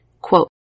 quote